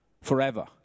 forever